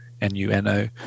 N-U-N-O